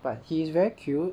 but he's very cute